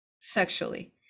sexually